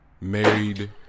married